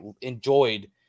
enjoyed